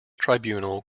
tribunal